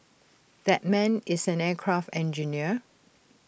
that man is an aircraft engineer